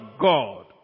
God